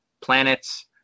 planets